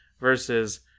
versus